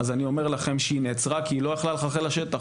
אני אומר לכם שהיא נעצרה כי היא לא יכלה לחלחל לשטח.